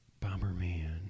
Bomberman